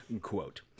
quote